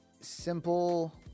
Simple